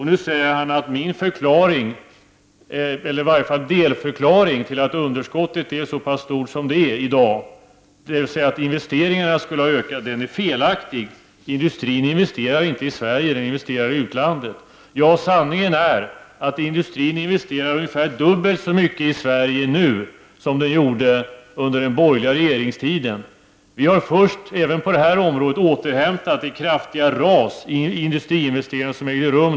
Nu säger han att min förklaring eller i varje fall delförklaring till att underskottet i dag är så pass stort som det är, nämligen att investeringarna har ökat, är felaktig, eftersom industrin inte investerar i Sverige utan i utlandet. Sanningen är den att industrin investerar ungefär dubbelt så mycket i Sverige nu som den gjorde under den borgerliga regeringstiden. Vi har återhämtat det kraftiga ras i industriinvesteringarna som då ägde rum.